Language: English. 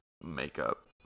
makeup